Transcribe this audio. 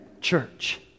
church